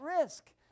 risk